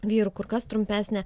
vyrų kur kas trumpesnė